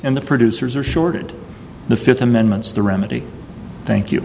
and the producers are shorted the fifth amendments the remedy thank you